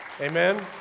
Amen